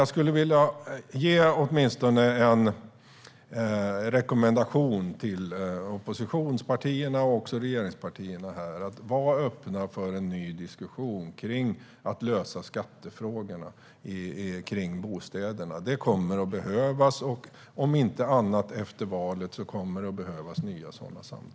Jag skulle åtminstone vilja ge oppositionspartierna och även regeringspartierna här en rekommendation. Var öppna för en ny diskussion om att lösa skattefrågorna när det gäller bostäderna! Det kommer att behövas, om inte annat efter valet. Då kommer det att behövas nya sådana samtal.